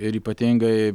ir ypatingai